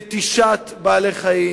נטישת בעלי-חיים,